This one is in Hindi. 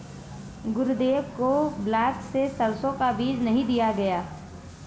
गुरुदेव को ब्लॉक से सरसों का बीज नहीं दिया गया